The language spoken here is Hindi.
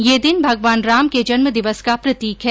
यह दिन भगवान राम के जन्म दिवस का प्रतीक है